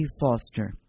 Foster